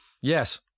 Yes